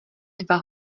dva